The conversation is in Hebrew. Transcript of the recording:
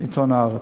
עיתון "הארץ".